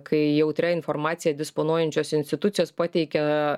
kai jautria informacija disponuojančios institucijos pateikia